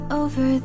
over